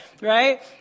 Right